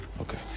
Okay